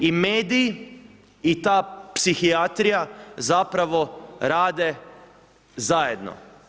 I mediji i ta psihijatrija zapravo rade zajedno.